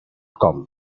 com